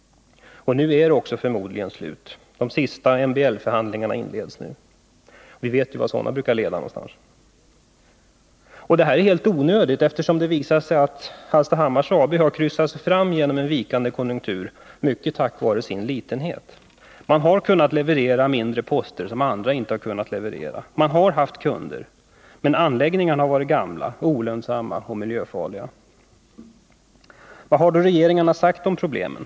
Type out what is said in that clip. Och nu är det förmodligen också slut. De sista MBL-förhandlingarna inleds nu, och vi vet vart sådana brukar leda. Och den här nedläggningen är onödig, eftersom Hallstahammars AB har kunnat kryssa sig fram genom en vikande konjunktur mycket tack vare sin litenhet. Man har kunnat leverera mindre poster som andra inte har kunnat leverera. Man har haft kunder. Men anläggningarna har varit gamla, olönsamma och miljöfarliga. Vad har då regeringarna sagt om problemen?